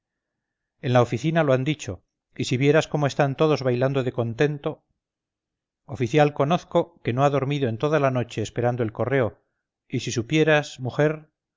en la oficina lo han dicho y si vieras cómo están todos bailando de contento oficial conozco que no ha dormido en toda la noche esperando el correo y si supieras mujer